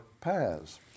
paths